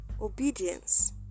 Obedience